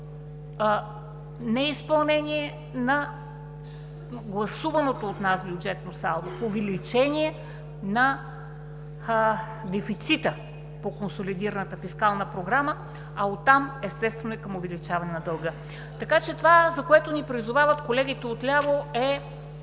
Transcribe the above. неизпълнение на гласуваното от нас бюджетно салдо в увеличение на дефицита по консолидираната фискална програма, а оттам естествено и към увеличаване на дълга. Това, за което ни призовават колегите отляво, е